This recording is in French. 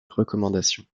recommandations